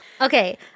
Okay